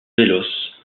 delos